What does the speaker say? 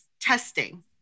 testing